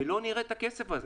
ולא נראה את הכסף הזה.